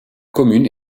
commune